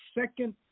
second